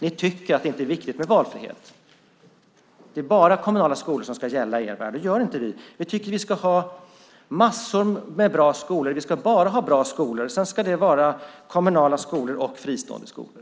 Ni tycker inte att det är viktigt med valfrihet. Det är bara kommunala skolor som ska gälla i er värld. Det tycker inte vi. Vi tycker att vi ska ha massor med bra skolor. Vi ska bara ha bra skolor. Sedan ska det vara kommunala skolor och fristående skolor.